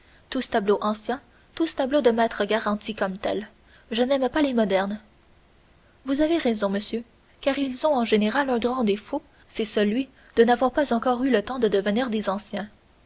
tableaux anciens tous tableaux de maîtres garantis comme tels je n'aime pas les modernes vous avez raison monsieur car ils ont en général un grand défaut c'est celui de n'avoir pas encore eu le temps de devenir des anciens